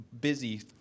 busy